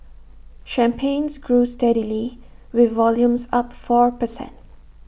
champagnes grew steadily with volumes up four per cent